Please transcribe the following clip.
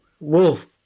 Wolf